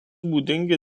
būdingi